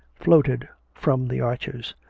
floated from the arches.